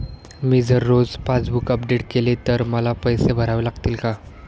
मी जर रोज passbook update केले तर मला पैसे भरावे लागतील का?